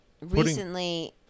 recently